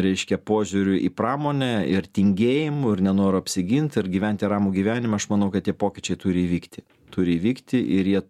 reiškia požiūriui į pramonę ir tingėjimu ir nenoru apsigint ir gyventi ramų gyvenimą aš manau kad tie pokyčiai turi įvykti turi įvykti ir jie